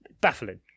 baffling